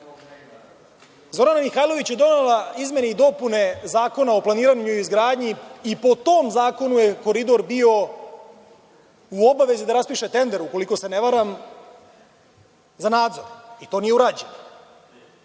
tunela. Zorana Mihajlović je donela izmene i dopune Zakona o planiranju i izgradnji i po tom zakonu je Koridor bio u obavezi da raspiše tender, ukoliko se ne varam, za nadzor. To nije urađeno.